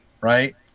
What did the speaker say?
right